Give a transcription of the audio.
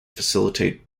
facilitate